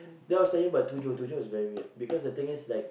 then I was talking about tujuh is very weird because the thing is like